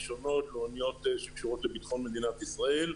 ראשונות ולאוניות שקשורות לביטחון מדינת ישראל.